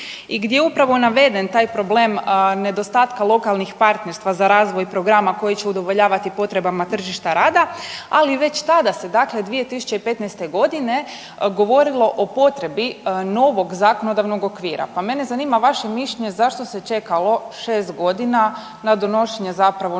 i gdje je upravo naveden taj problem nedostatka lokalnih partnerstva za razvoj programa koji će udovoljavati potrebama tržištima rada, ali već tada se dakle 2015.g. govorilo o potrebi novog zakonodavnog okvira, pa mene zanima vaše mišljenje zašto se čekalo 6.g. na donošenje zapravo